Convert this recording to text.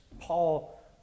Paul